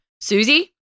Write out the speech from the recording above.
Susie